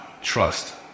Trust